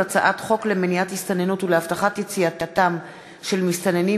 הצעת חוק למניעת הסתננות ולהבטחת יציאתם של מסתננים